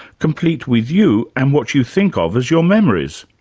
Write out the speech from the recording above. complete with you and what you think of as your memories.